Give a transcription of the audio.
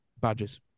badges